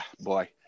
Boy